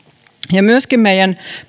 ja myöskin meidän